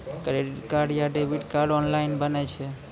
Credit card या debit card online बनै छै?